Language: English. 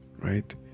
right